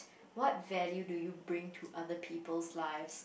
what value do you bring to other people's lives